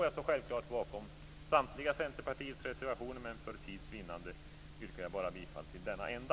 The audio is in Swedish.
Jag står självklart bakom samtliga Centerpartiets reservationer, men för tids vinnande yrkar jag bifall till denna enda.